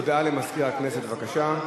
הודעה לסגן מזכירת הכנסת, בבקשה.